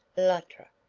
luttra,